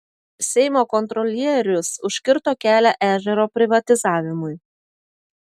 seimo kontrolierius užkirto kelią ežero privatizavimui